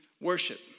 worship